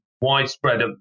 widespread